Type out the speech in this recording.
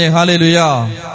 Hallelujah